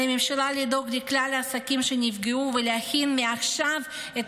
על הממשלה לדאוג לכלל העסקים שנפגעו ולהכין מעכשיו את